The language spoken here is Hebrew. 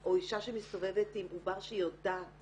או אישה שמסתובבת עם עובר שהיא יודעת